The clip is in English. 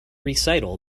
recital